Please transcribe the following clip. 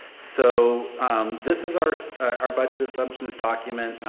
so this is our our budget assumptions document.